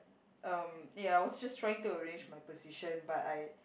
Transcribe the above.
um ya I was just trying to arrange my position but I